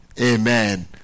amen